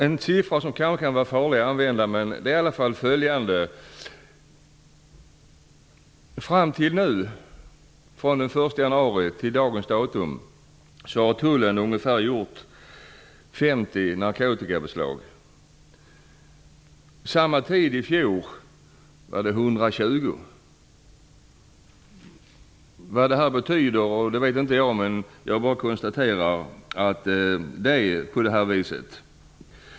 En siffra som kanske är farlig att använda är följande. Fram till nu, dvs. från den 1 januari till dagens datum, har tullen ungefär gjort 50 narkotikabeslag. Samma tid i fjol var det 120 beslag. Vad detta betyder vet jag inte. Jag bara konstaterar att det är på det viset.